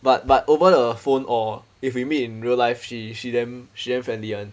but but over the phone or if we meet in real life she she damn she damn friendly [one]